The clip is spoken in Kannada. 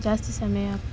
ಜಾಸ್ತಿ ಸಮಯ